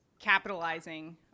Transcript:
capitalizing